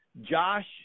Josh